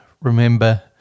remember